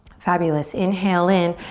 fabulous. inhale in.